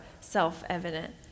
self-evident